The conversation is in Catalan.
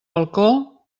balcó